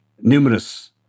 Numerous